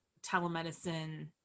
telemedicine